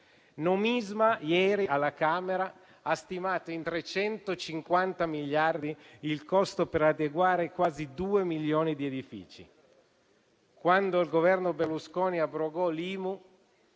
Nomisma ieri alla Camera ha stimato in 350 miliardi il costo per adeguare quasi due milioni di edifici. Quando il Governo Berlusconi abrogò l'IMU